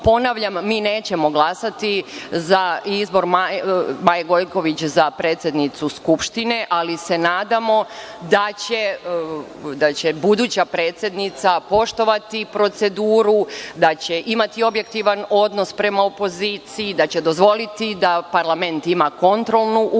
mi nećemo glasati za izbor Maje Gojković za predsednicu Skupštine, ali se nadamo da će buduća predsednica poštovati proceduru, da će imati objektivan odnos prema opoziciji, da će dozvoliti da parlament ima kontrolnu ulogu